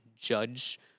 judge